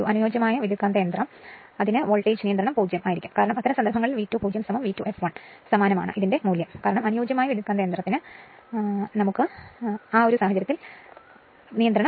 ഒരു അനുയോജ്യമായ transformer voltage regulation 0 ആണ് കാരണം അത്തരം സന്ദർഭങ്ങളിൽ V2 0 V2 fl മൂല്യം സമാനമാണ് കാരണം അനുയോജ്യമായ ട്രാൻസ്ഫോർമറിന്